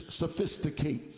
sophisticates